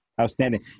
Outstanding